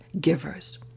givers